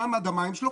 מה מד המים שלו?